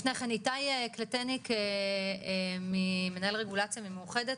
לפני כן איתי קלטניק מנהל רגולציה ממאוחדת,